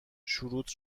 شروط